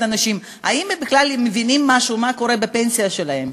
האנשים אם הם בכלל מבינים משהו ממה שקורה בפנסיה שלהם.